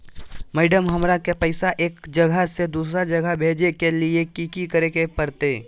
Madam, हमरा के पैसा एक जगह से दुसर जगह भेजे के लिए की की करे परते?